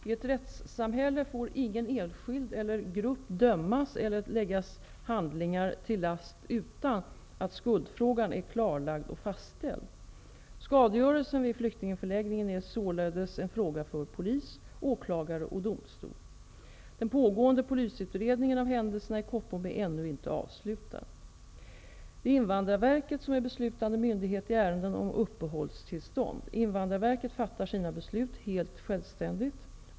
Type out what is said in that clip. I ett rättssamhälle får ingen enskild eller grupp dömas eller läggas handlingar till last utan att skuldfrågan är klarlagd och fastställd. Skadegörelsen vid flyktingförläggningen är således en fråga för polis, åklagare och domstol. Den pågående polisutredningen av händelserna i Koppom är ännu inte avslutad. Det är Invandrarverket som är beslutande myndighet i ärenden om uppehållstillstånd. Invandrarverket fattar sina beslut helt självständigt.